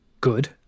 good